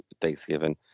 Thanksgiving